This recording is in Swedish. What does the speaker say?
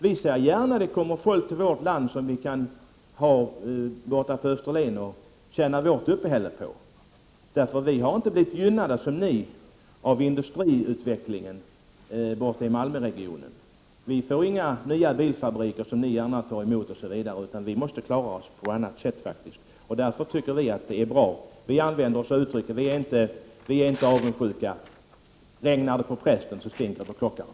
Vi ser gärna att det kommer människor till vårt land och till Österlen som vi i Österlen kan tjäna vårt uppehälle på. Vi på Österlen har nämligen inte blivit lika gynnade som ni i Malmöregionen av industriutvecklingen. Vi får inte några nya bilfabriker m.m. som ni gärna tar emot, utan vi måste klara oss på annat sätt. Därför anser vi att det är bra. Vi är inte avundsjuka. Vi använder oss av uttrycket: regnar det på prästen, så stänker det på klockaren.